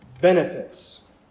benefits